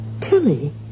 Tilly